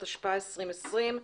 התשפ"א-2020.